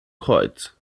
kreuz